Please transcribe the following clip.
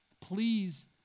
Please